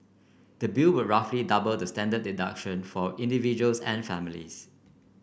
the bill would roughly double the standard deduction for individuals and families